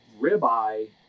ribeye